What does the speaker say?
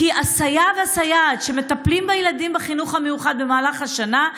כי הסייע והסייעת שמטפלים בילדים בחינוך המיוחד במהלך השנה,